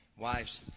wives